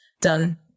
done